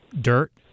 dirt